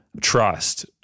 trust